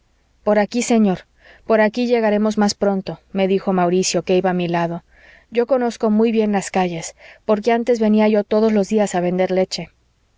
por aquí señor por aquí llegaremos más pronto me dijo mauricio que iba a mi lado yo conozco muy bien las calles porque antes venia yo todos los días a vender leche